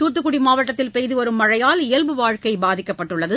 தூத்துக்குடி மாவட்டத்தில் பெய்துவரும் மழையால் இயல்பு வாழ்க்கை பாதிக்கப்பட்டுள்ளது